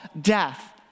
death